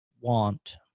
want